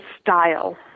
style